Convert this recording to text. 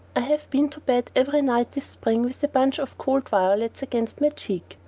i have been to bed every night this spring with a bunch of cool violets against my cheek,